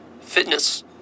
fitness